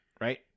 Right